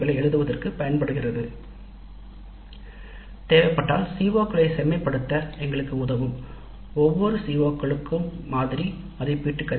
CO களைச் செம்மைப்படுத்தவும் பகுப்பாய்வு கட்டத்தின் முடிவுகளை பரிசீலனை செய்வதற்கும் ஒவ்வொரு CO களுக்கும் உரிய மாதிரி மதிப்பீடு கருவிகள் உதவுகின்றன